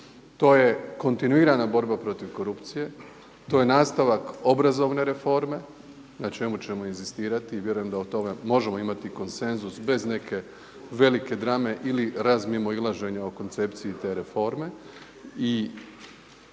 to je kontinuirana borba protiv korupcije, to je nastavak obrazovne reforme na čemu ćemo inzistirati i vjerujem da o tome možemo imati konsenzus bez neke velike drame ili razmimoilaženja o koncepciji te reforme.